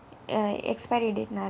ya expiry date னாலே:naalae